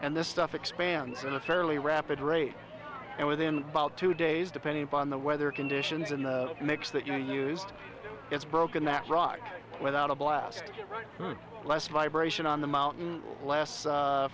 and this stuff expands in a fairly rapid rate and within about two days depending upon the weather conditions in the mix that you used it's broken that rock without a blast less vibration on the mountain